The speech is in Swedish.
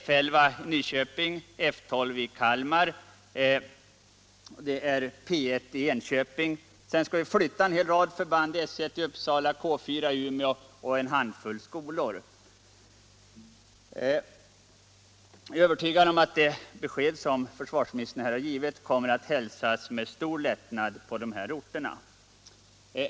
stor lättnad på dessa orter.